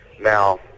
Now